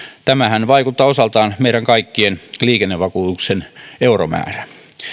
tämähän vaikuttaa osaltaan meidän kaikkien liikennevakuutuksen euromäärään